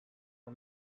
for